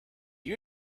you